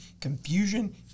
confusion